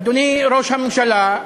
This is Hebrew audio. אדוני ראש הממשלה,